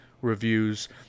reviews